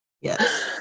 Yes